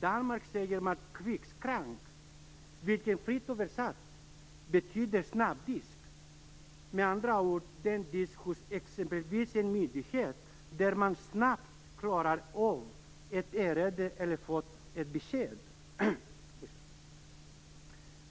Där säger man kvikskrank, vilket fritt översatt betyder snabbdisk. Det är med andra ord den disk hos exempelvis en myndighet där man snabbt klarar av ett ärende eller får ett besked.